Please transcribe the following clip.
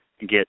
get